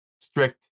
strict